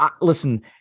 listen